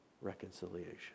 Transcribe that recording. reconciliation